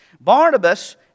Barnabas